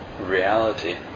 reality